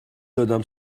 دادم